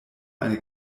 eine